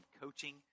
coaching